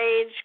age